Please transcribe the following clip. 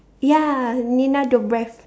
ya Nina-Dobrev